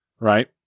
Right